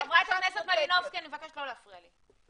אני מבקשת שלא יפריעו לי.